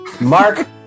Mark